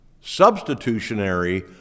Substitutionary